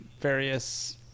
various